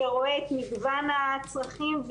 שרואה את מגוון הצרכים,